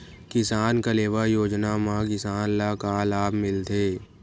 किसान कलेवा योजना म किसान ल का लाभ मिलथे?